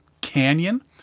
canyon